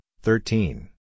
thirteen